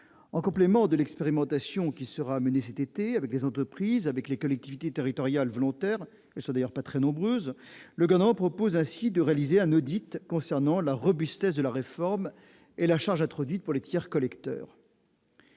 En complément de l'expérimentation qui sera menée cet été avec les entreprises et les collectivités territoriales volontaires, qui ne sont d'ailleurs pas très nombreuses, le Gouvernement propose ainsi de réaliser un audit concernant la « robustesse » de la réforme et la charge induite pour les tiers collecteurs.